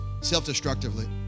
self-destructively